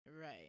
right